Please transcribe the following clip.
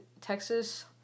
Texas